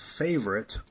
favorite